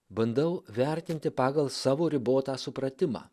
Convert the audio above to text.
bandau vertinti pagal savo ribotą supratimą